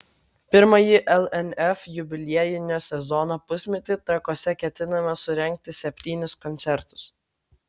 pirmąjį lnf jubiliejinio sezono pusmetį trakuose ketinama surengti septynis koncertus